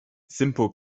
simple